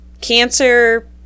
cancer